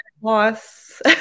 loss